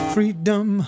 Freedom